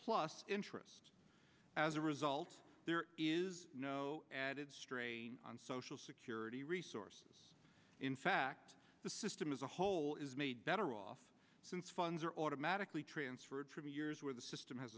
plus interest as a result there is no added strain on social security reese in fact the system as a whole is made better off since funds are automatically transferred from years where the system has